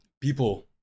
people